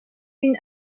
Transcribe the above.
une